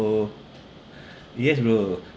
yes bro